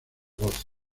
voz